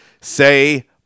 say